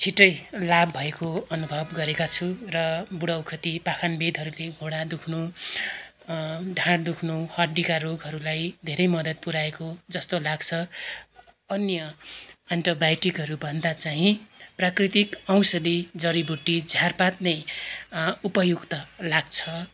छिट्टै लाभ भएको अनुभव गरेको छु र बुढो ओखती पाखनवेदहरूले घुँडा दुख्नु ढाड दुख्नु हड्डीका रोगहरूलाई धेरै मद्दत पुऱ्याएको जस्तो लाग्छ अन्य एन्टिबायोटिकहरू भन्दा चाहिँ प्राकृतिक औषधी जरीबुट्टी झारपात नै उपयुक्त लाग्छ